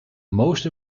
most